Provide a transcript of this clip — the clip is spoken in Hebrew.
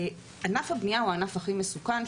ענף הבנייה הוא הענף הכי מסוכן,